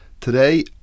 Today